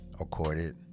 accorded